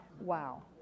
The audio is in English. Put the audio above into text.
Wow